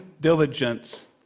diligence